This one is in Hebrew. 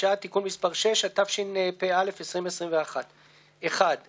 היו המספרים לפני עשור ואפילו לא לפני חמש